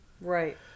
Right